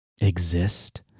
exist